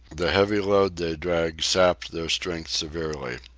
the heavy load they dragged sapped their strength severely.